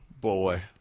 Boy